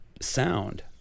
sound